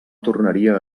tornaria